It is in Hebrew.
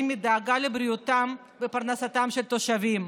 מדאגה לבריאותם ופרנסתם של התושבים.